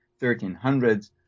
1300s